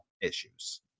issues